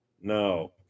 No